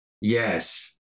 Yes